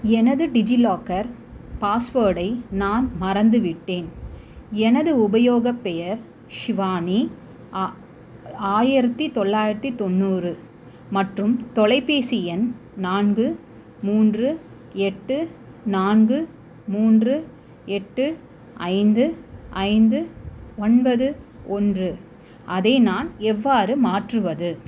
எனது டிஜிலாக்கர் பாஸ்வேர்டை நான் மறந்துவிட்டேன் எனது உபயோகப் பெயர் ஷிவானி ஆயிரத்தி தொள்ளாயிரத்தி தொண்ணூறு மற்றும் தொலைபேசி எண் நான்கு மூன்று எட்டு நான்கு மூன்று எட்டு ஐந்து ஐந்து ஒன்பது ஒன்று அதை நான் எவ்வாறு மாற்றுவது